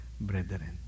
brethren